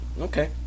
Okay